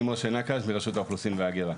אני משה נקש מרשות האוכלוסין וההגירה.